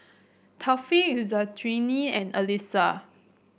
Taufik Zulkarnain and Alyssa